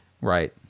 Right